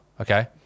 okay